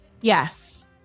yes